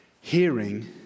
Hearing